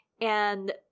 And-